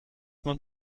man